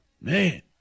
Man